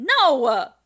No